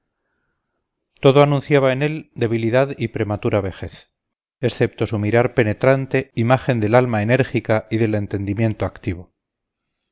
todo anunciaba en él debilidad y prematura vejez excepto su mirar penetrante imagen del alma enérgica y del entendimiento activo